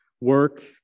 work